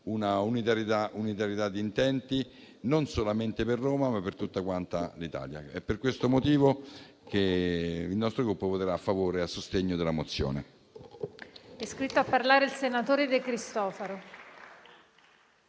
un'unità di intenti non solamente per Roma, ma per tutta l'Italia. È per questo motivo che il nostro Gruppo voterà a favore e a sostegno della mozione.